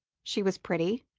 she was pretty,